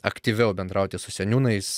aktyviau bendrauti su seniūnais